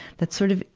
that sort of,